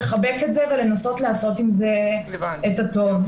לחבק את זה ולנסות לעשות עם זה את הטוב.